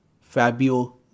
Fabio